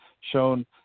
shown